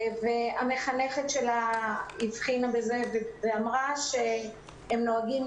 המחנכת שלה הבחינה בזה ואמרה שהם נוהגים